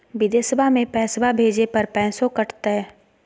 बिदेशवा मे पैसवा भेजे पर पैसों कट तय?